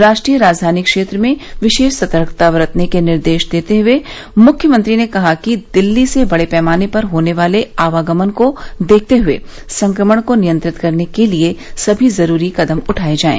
राष्ट्रीय राजधानी क्षेत्र में विशेष सतर्कता बरतने के निर्देश देते हुए मुख्यमंत्री ने कहा कि दिल्ली से बड़े पैमाने पर होने वाले आवागमन को देखते हुए संक्रमण को नियंत्रित करने के लिए सभी जरूरी कदम उठाए जाएं